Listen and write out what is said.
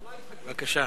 בבקשה.